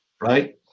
right